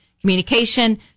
communication